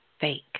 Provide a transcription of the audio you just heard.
fake